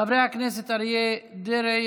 חברי הכנסת אריה דרעי,